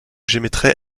j’émettrai